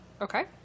Okay